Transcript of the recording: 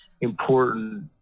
important